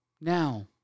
Now